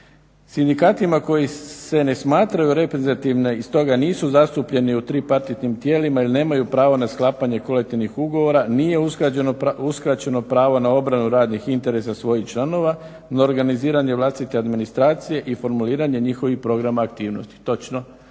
Sindikatima koji se ne smatraju reprezentativni i stoga nisu zastupljeni u tripartitnim tijelima jer nemaju prava na sklapanje kolektivnih ugovora nije uskraćeno pravo na obranu radnih interesa svojih članova, na organiziranje vlastite administracije i formuliranje njihovih programa aktivnosti.